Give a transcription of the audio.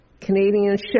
Canadianship